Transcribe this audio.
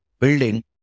building